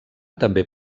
també